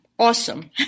awesome